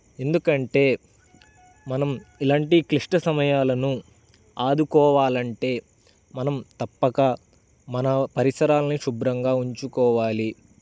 ఎందుకంటే మనం ఇలాంటి క్లిష్ట సమయాలను ఆదుకోవాలంటే మనం తప్పక మన పరిసరాలను శుభ్రంగా ఉంచుకోవాలి